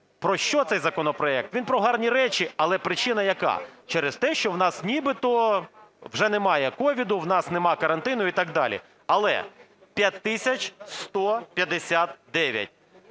про що цей законопроект, він про гарні речі, але причина яка? Через те, що в нас нібито вже немає COVID, в нас нема карантину і так далі. Але 5